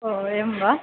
ओ एवं वा